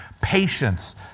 Patience